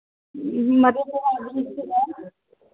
Madhepura district है